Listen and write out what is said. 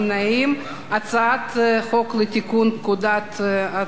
החוק לתיקון פקודת התעבורה (מס'